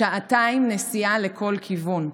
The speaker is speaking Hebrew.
שעתיים נסיעה לכל כיוון.